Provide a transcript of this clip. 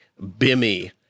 Bimmy